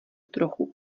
trochu